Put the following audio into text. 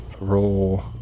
roll